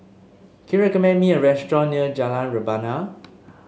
can you recommend me a restaurant near Jalan Rebana